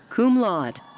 cum laude.